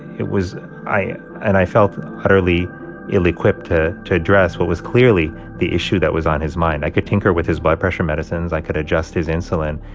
it was i and i felt utterly ill-equipped to to address what was clearly the issue that was on his mind. i could tinker with his blood pressure medicines. i could adjust his insulin.